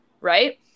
right